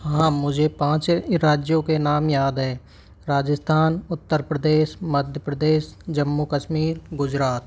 हाँ मुझे पाँच राज्यों के नाम याद हैं राजस्थान उत्तर प्रदेश मध्य प्रदेश जम्मू कश्मीर गुजरात